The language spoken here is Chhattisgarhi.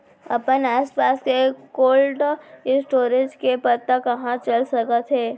अपन आसपास के कोल्ड स्टोरेज के पता कहाँ चल सकत हे?